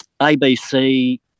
ABC